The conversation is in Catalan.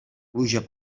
pluja